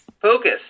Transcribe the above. focus